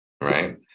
right